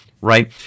right